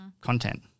content